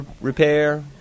repair